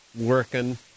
working